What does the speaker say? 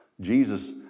Jesus